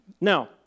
Now